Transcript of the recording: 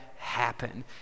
Happen